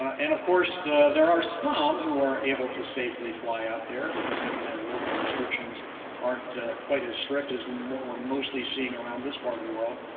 and of course so there are some who are able to safely fly out there, because maybe their local restrictions aren't quite as strict as what we're mostly seeing around this part of the world.